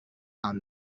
and